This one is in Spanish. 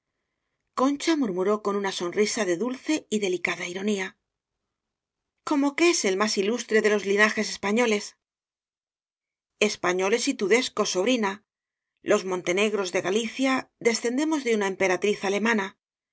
concha murmuró con una sonrisa de dulce y delicada ironía como que es el más ilustre de los lina jes españoles españoles y tudescos sobrina los mon tenegros de galicia descendemos de una em peratriz alemana